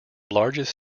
largest